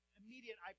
immediate